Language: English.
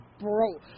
broke